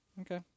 Okay